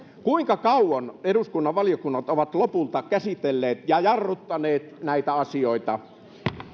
kuinka kauan eduskunnan valiokunnat ovat lopulta käsitelleet ja jarruttaneet näitä asioita